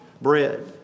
bread